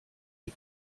die